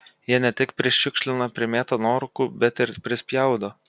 jie ne tik prišiukšlina primėto nuorūkų bet ir prispjaudo